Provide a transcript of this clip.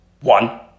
One